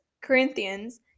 Corinthians